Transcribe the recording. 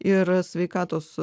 ir sveikatos